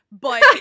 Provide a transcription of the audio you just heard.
but-